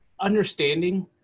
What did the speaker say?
Understanding